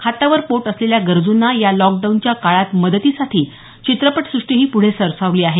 हातावर पोट असलेल्या गरजूंना या लॉकडाऊनच्या काळात मदतीसाठी चित्रपटसृष्टीही पुढे सरसावली आहे